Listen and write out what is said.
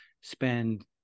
spend